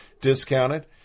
Discounted